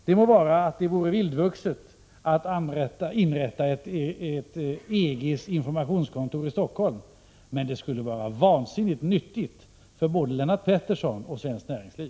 Det må vara att det vore vildvuxet att inrätta ett EG:s informationskontor i Stockholm, men det skulle vara vansinnigt nyttigt för både Lennart Pettersson och svenskt näringsliv.